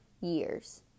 years